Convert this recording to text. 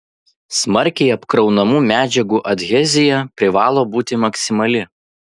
smarkiai apkraunamų medžiagų adhezija privalo būti maksimali